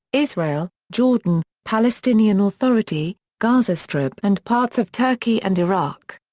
israel, jordan, palestinian authority, gaza strip and parts of turkey and iraq.